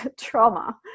trauma